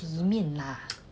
里面 lah